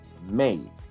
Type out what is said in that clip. made